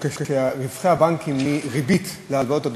כשרווחי הבנקים מריבית על הלוואות,